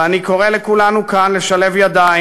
ואני קורא לכולנו כאן לשלב ידיים.